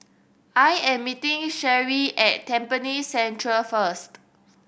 I am meeting Sherri at Tampines Central first